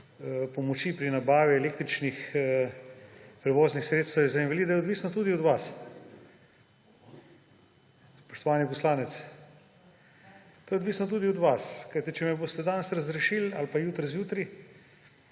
pomoči pri nabavi električnih prevoznih sredstev za invalide, je odvisno tudi od vas, spoštovani poslanec. To je odvisno tudi od vas. Kajti če me boste danes ali pa jutri zjutraj